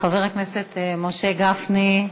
חבר הכנסת משה גפני,